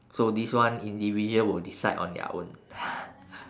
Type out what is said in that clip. so this one individual will decide on their own